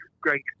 great